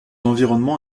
environnement